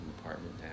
apartment